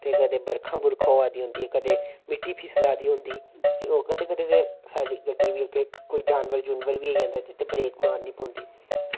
ते कदें बर्खा होआ दी होंदी ते कदें मिट्टी फिसला दी होंदी ते ओह् कदें कदें साढ़ी गड्डी गी जेह्के ओह् कदें जानवर बी आई जंदा ब्रेक मारनी पौंदी